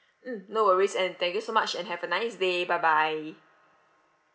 mm no worries and thank you so much and have a nice day bye bye